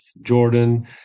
Jordan